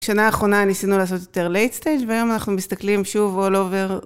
בשנה האחרונה ניסינו לעשות יותר לייט-סטייג' והיום אנחנו מסתכלים שוב אול אובר.